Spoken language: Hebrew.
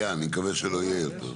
היה, אני מקווה שלא יהיה יותר.